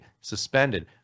suspended